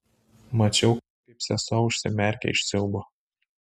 mačiau kaip sesuo užsimerkia iš siaubo